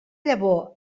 llavor